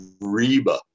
Reba